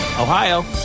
Ohio